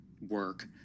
work